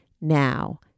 now